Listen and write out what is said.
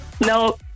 No